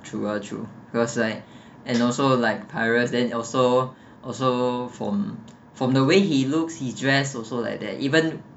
true uh true because right and also like pirates then also also from from the way he looks he dress also like that even